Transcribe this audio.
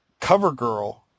CoverGirl